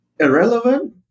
Irrelevant